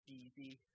easy